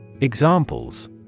Examples